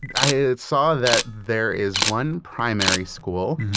i ah saw that there is one primary school.